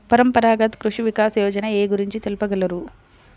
పరంపరాగత్ కృషి వికాస్ యోజన ఏ గురించి తెలుపగలరు?